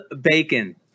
bacon